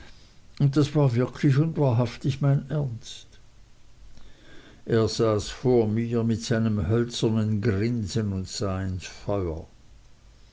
und das war wirklich und wahrhaftig mein ernst er saß vor mir mit seinem hölzernen grinsen und sah ins feuer